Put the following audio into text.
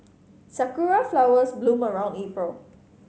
sakura flowers bloom around April